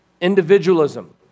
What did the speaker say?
individualism